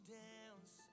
dance